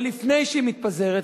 אבל לפני שהיא מתפזרת,